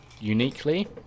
uniquely